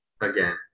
again